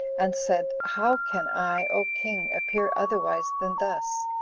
and said, how can i, o king, appear otherwise than thus,